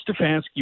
Stefanski